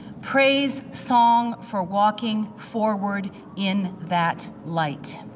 praise song for walking forward in that light.